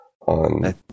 on